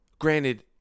Granted